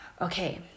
okay